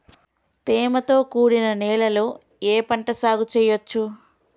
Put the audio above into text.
తేమతో కూడిన నేలలో ఏ పంట సాగు చేయచ్చు?